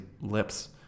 lips